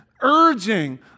urging